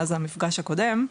מאז המפגש הקודם.